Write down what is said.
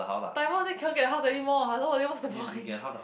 Taiwan also cannot get the house anymore hello then what's the point